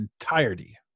entirety